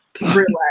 relax